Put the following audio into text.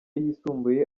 yisumbuye